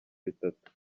bitatu